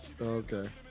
Okay